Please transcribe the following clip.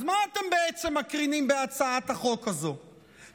אז מה אתם בעצם מקרינים בהצעת החוק הזאת?